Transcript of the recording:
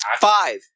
five